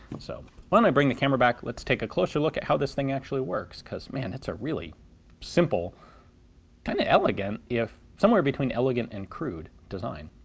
so why don't i bring the camera back, let's take a closer look at how this thing actually works cause man, it's a really simple kind of elegant if somewhere between elegant and crude design.